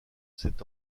sept